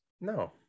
No